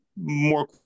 more